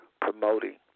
promoting